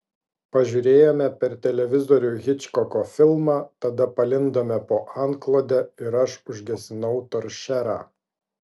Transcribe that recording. pažiūrėjome per televizorių hičkoko filmą tada palindome po antklode ir aš užgesinau toršerą